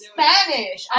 Spanish